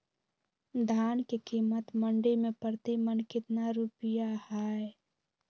धान के कीमत मंडी में प्रति मन कितना रुपया हाय?